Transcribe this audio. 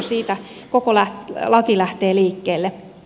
siitä koko laki lähtee liikkeelle